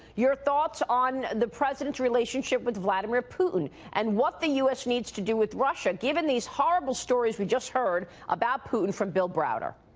your thoughts on the president's relationship with vladimir putin and what the u s. needs to do with russia given these horrible stories we just heard about putin from bill browder.